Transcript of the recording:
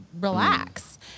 relax